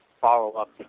follow-up